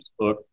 facebook